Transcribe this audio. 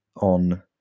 on